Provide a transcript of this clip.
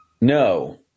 no